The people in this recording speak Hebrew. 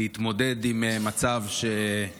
להתמודד עם מצב שבו